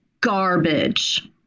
garbage